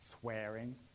swearing